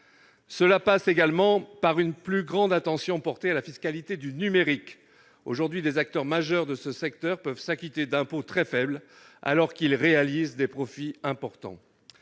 passe également par une plus grande attention portée à la fiscalité du numérique. Aujourd'hui, des acteurs majeurs de ce secteur peuvent s'acquitter d'impôts très faibles, alors qu'ils dégagent d'importants